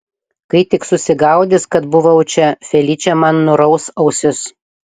kai tik susigaudys kad buvau čia feličė man nuraus ausis